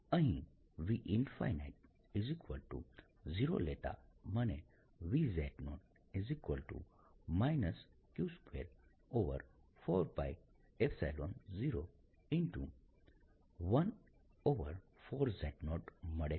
અહીં v0 લેતા મને v q24π014z0 મળે છે